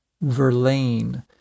Verlaine